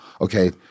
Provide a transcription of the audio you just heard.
okay